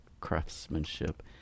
craftsmanship